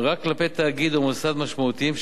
רק כלפי תאגיד או מוסד משמעותיים,